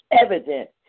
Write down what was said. evident